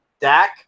Dak